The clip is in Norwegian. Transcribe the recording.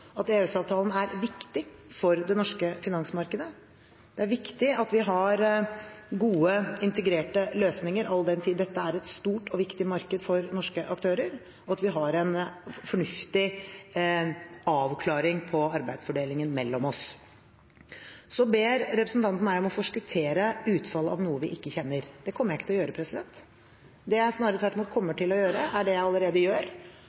at EØS-avtalen er viktig for det norske finansmarkedet. Det er viktig at vi har gode, integrerte løsninger, all den tid dette er et stort og viktig marked for norske aktører, og at vi har en fornuftig avklaring på arbeidsfordelingen mellom oss. Så ber representanten meg om å forskuttere utfallet av noe vi ikke kjenner. Det kommer jeg ikke til å gjøre. Det jeg snarere tvert imot kommer til å gjøre, er det jeg allerede gjør,